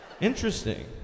Interesting